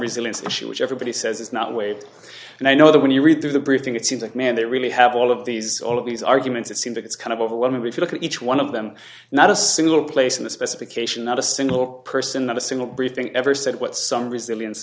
resilience issue which everybody says is not weighed and i know that when you read through the briefing it seems like man they really have all of these all of these arguments it seems it's kind of overwhelming if you look at each one of them not a single place in the specification not a single person not a single briefing ever said what some resilience